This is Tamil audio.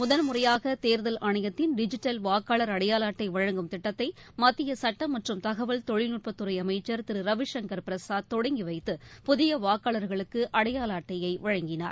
முதல்முறையாக தேர்தல் ஆணையத்தின் டிஜிட்டல் வாக்காளர் அடையாள அட்டை வழங்கும் திட்டத்தை மத்திய சட்டம் மற்றும் தகவல் தொழில் நுட்பத்துறை அமைச்சர் திரு ரவிசங்கர் பிரசாத் தொடங்கி வைத்து புதிய வாக்காளர்களுக்கு அடையாள அட்டையை வழங்கினார்